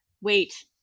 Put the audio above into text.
Wait